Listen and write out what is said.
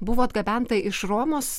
buvo atgabenta iš romos